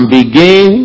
begin